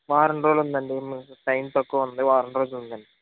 వారం రోజులు ఉందండి టైమ్ తక్కువ ఉంది వారం రోజులు ఉందండి